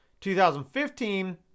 2015